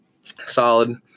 Solid